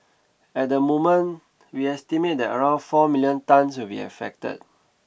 at the moment we estimate that around four million tonnes will be affected